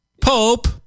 Pope